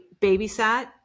babysat